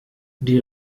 die